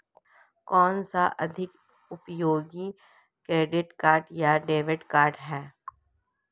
कौनसा अधिक उपयोगी क्रेडिट कार्ड या डेबिट कार्ड है?